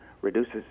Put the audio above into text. reduces